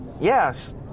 Yes